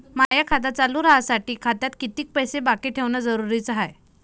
माय खातं चालू राहासाठी खात्यात कितीक पैसे बाकी ठेवणं जरुरीच हाय?